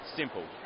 simple